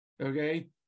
okay